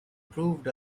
proved